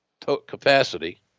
capacity